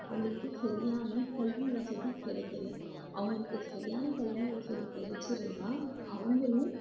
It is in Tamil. அவங்களுக்கு சரியான கல்வி வசதி கிடக்கல அவங்களுக்கு சரியான கல்வி வசதி கிடச்சிருந்தா அவங்களும்